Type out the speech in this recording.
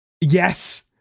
Yes